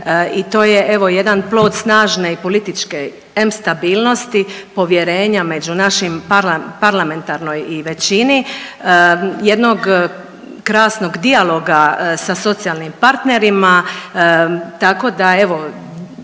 i to je evo jedan plod snažne političke em stabilnosti, povjerenja među našim parlamentarnoj i većini jednog krasnog dijaloga sa socijalnim partnerima tako da evo